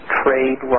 trade